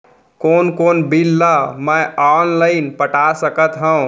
कोन कोन बिल ला मैं ऑनलाइन पटा सकत हव?